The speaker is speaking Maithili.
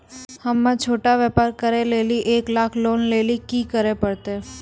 हम्मय छोटा व्यापार करे लेली एक लाख लोन लेली की करे परतै?